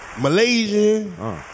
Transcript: Malaysian